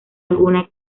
alguna